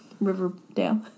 Riverdale